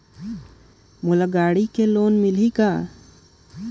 मोला गाड़ी लोन मिलही कौन?